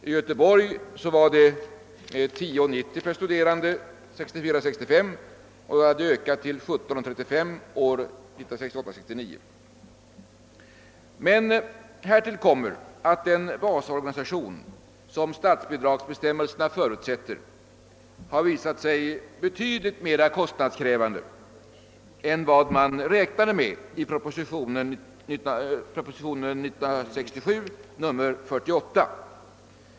I Göteborg var kostnaderna år 1964 69 hade kostnaderna där ökat till kronor 17:35 per studerande. Härtill kommer emellertid att den basorganisation, som <statsbidragsbestämmelserna förutsätter, har visat sig betydligt mera kostnadskrävande än vad man räknade med i propositionen nr 48 till 1967 års riksdag.